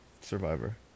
Survivor